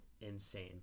insane